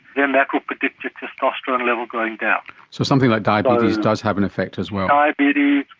then that will predict your testosterone level going down. so something like diabetes does does have an effect as well? diabetes,